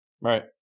Right